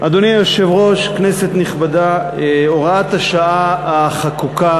אדוני היושב-ראש, כנסת נכבדה, הוראת השעה החקוקה